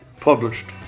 published